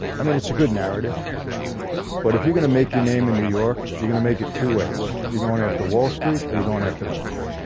i mean, it's a good narrative but if you're gonna make your name in new york, you're gonna make two ways you're going after wall street are you going after the mob?